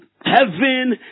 heaven